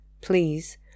Please